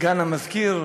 סגן המזכיר,